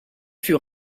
fut